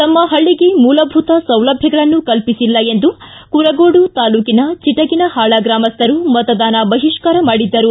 ತಮ್ಮ ಹಳ್ಳಿಗೆ ಮೂಲಭೂತ ಸೌಲಭ್ಯಗಳನ್ನು ಕಲ್ಪಿಸಿಲ್ಲ ಎಂದು ಕುರುಗೋಡು ತಾಲೂಕಿನ ಚಿಟಗಿನಹಾಳ್ ಗ್ರಾಮಸ್ಥರು ಮತದಾನ ಬಹಿಷ್ಠಾರ ಮಾಡಿದ್ದರು